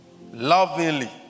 lovingly